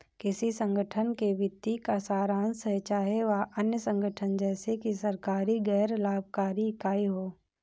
किसी संगठन के वित्तीय का सारांश है चाहे वह अन्य संगठन जैसे कि सरकारी गैर लाभकारी इकाई हो